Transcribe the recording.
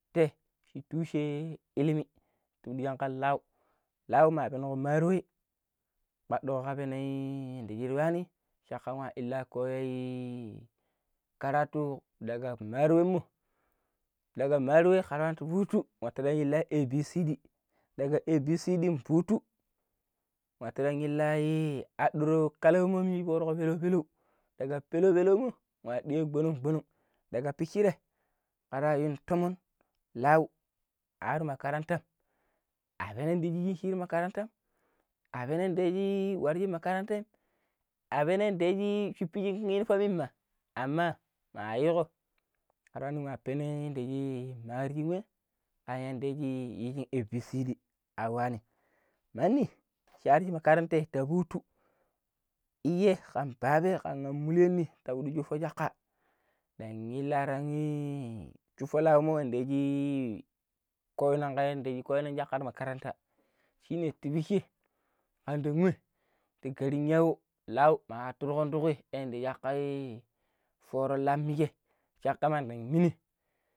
﻿Te i tu wushe ele tupudi jan kan lau, lau ma benoƙo maro ya wei battaƙo ka benoi yamda shiri yuwani shakka wa inlo kokkoi karatu daƙa maro ya we daƙa maro ye kara wani ta futtu watu inlani ABCD daga ABCD vuttu wato hadaƙoi kalmomi foroƙero beleu beleu daga beleu beleu mo waa diyan gbonong gbonong daga pishire kara yu tomon lau aaru makarantan abeno dishi shiyiji ti makarantam abenon diya shi watoi makarantai abenon yanda yi da shuppiji uniform yi ma amma mayiƙo peneng ma peno yada yii mariji ma ka yanda yi ji ABCD a wanin mandi sharji makarantai ta vuttu iyay kan baban kan mulyanni ta pudu shuppo jakka dan inlara yi shuppo lau in yanda jii koyiron ti makaranta shinne tibishe kandan wei pikirinyawo lau maatu lu kon to kui yanda shakkai foro lamije shakka ma kan dan bini.